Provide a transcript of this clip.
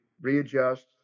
readjust